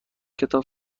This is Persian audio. کتاب